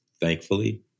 thankfully